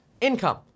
Income